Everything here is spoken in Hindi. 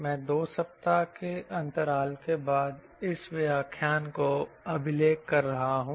मैं 2 सप्ताह के अंतराल के बाद इस व्याख्यान को अभिलेख कर रहा हूं